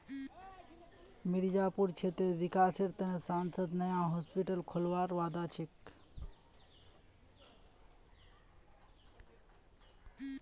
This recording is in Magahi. मिर्जापुर क्षेत्रेर विकासेर त न सांसद नया हॉस्पिटल खोलवार वादा छ